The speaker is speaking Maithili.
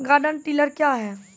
गार्डन टिलर क्या हैं?